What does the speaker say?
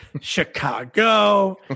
Chicago